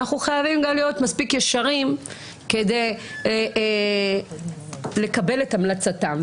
אנחנו חייבים גם להיות מספיק ישרים כדי לקבל את המלצתם.